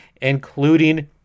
including